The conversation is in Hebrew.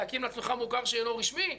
להקים לעצמך מוכר שאינו רשמי?